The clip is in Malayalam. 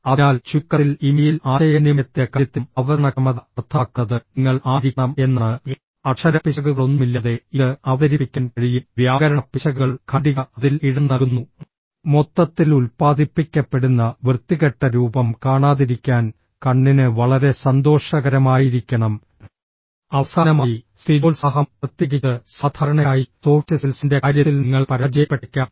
അതിനാൽ ചുരുക്കത്തിൽ ഇമെയിൽ ആശയവിനിമയത്തിൻറെ കാര്യത്തിലും അവതരണക്ഷമത അർത്ഥമാക്കുന്നത് നിങ്ങൾ ആയിരിക്കണം എന്നാണ് അക്ഷരപ്പിശകുകളൊന്നുമില്ലാതെ ഇത് അവതരിപ്പിക്കാൻ കഴിയും വ്യാകരണ പിശകുകൾ ഖണ്ഡിക അതിൽ ഇടം നൽകുന്നു മൊത്തത്തിൽ ഉൽപ്പാദിപ്പിക്കപ്പെടുന്ന വൃത്തികെട്ട രൂപം കാണാതിരിക്കാൻ കണ്ണിന് വളരെ സന്തോഷകരമായിരിക്കണം അവസാനമായി സ്ഥിരോത്സാഹം പ്രത്യേകിച്ച് സാധാരണയായി സോഫ്റ്റ് സ്കിൽസിന്റെ കാര്യത്തിൽ നിങ്ങൾ പരാജയപ്പെട്ടേക്കാം